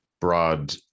broad